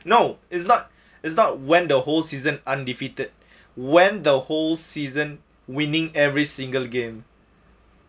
no is not is not when the whole season undefeated when the whole season winning every single game